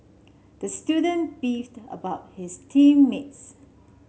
the student beefed about his team mates